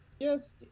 Yes